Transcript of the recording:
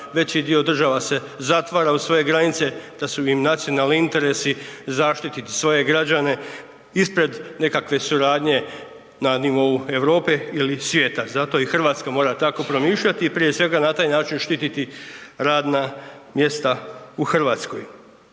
veći dio država se zatvara u svoje granice, da su im nacionalni interesi da zaštiti svoje građane ispred nekakve suradnje na nivou Europe ili svijeta. Zato i RH mora tako promišljati i prije svega na taj način štititi radna mjesta u RH.